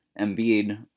Embiid